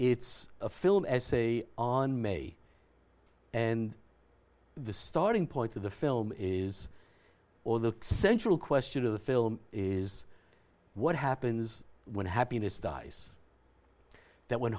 it's a film essay on may and the starting point of the film is all the central question of the film is what happens when happiness dies that when